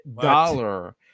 dollar